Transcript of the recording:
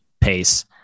pace